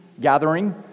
gathering